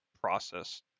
process